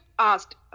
Asked